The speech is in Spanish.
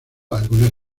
algunas